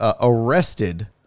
arrested